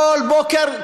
כל בוקר,